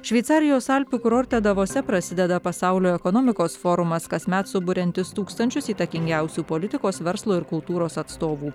šveicarijos alpių kurorte davose prasideda pasaulio ekonomikos forumas kasmet suburiantis tūkstančius įtakingiausių politikos verslo ir kultūros atstovų